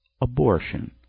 abortion